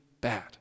bad